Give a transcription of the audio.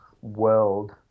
world